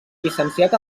llicenciat